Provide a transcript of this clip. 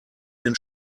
den